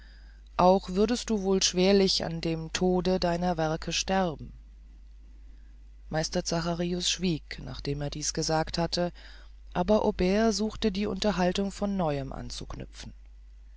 auch würdest du wohl schwerlich an dem tode deiner werke sterben meister zacharius schwieg nachdem er dies gesagt hatte aber aubert suchte die unterhaltung von neuem anzuknüpfen